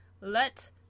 let